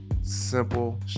Simple